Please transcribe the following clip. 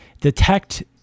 detect